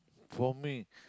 for me